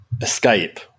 Escape